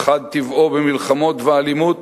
האחד טבעו במלחמות ואלימות,